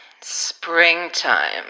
Springtime